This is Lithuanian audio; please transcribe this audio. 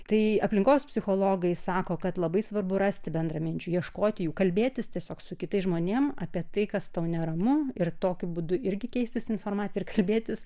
tai aplinkos psichologai sako kad labai svarbu rasti bendraminčių ieškoti jų kalbėtis tiesiog su kitais žmonėm apie tai kas tau neramu ir tokiu būdu irgi keistis informacija ir kalbėtis